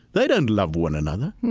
they don't love one another.